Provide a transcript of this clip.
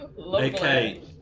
Okay